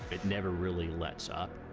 it never really lets up.